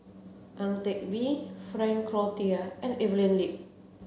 Ang Teck Bee Frank Cloutier and Evelyn Lip